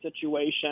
situation